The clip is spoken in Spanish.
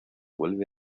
vuelve